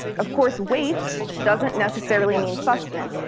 of course weight doesn't necessarily mean sustenance.